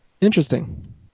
interesting